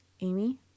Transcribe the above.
Amy